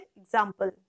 example